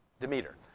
Demeter